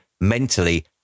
mentally